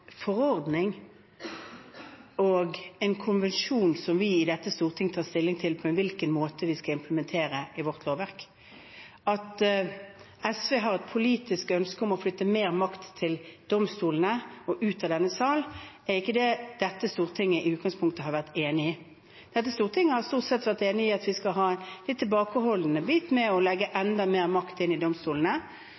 forordning og en konvensjon som vi i dette storting tar stilling til på hvilken måte vi skal implementere i vårt lovverk. At SV har et politisk ønske om å flytte mer makt til domstolene og ut av denne sal, er ikke det dette storting i utgangspunktet har vært enig i. Dette storting har stort sett vært enig i at vi skal være litt tilbakeholdne med å legge